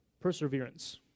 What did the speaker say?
perseverance